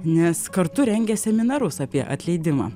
nes kartu rengia seminarus apie atleidimą